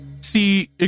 see